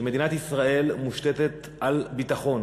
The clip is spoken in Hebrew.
שמדינת ישראל מושתתת על ביטחון